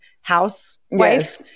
housewife